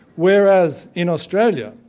whereas in australia,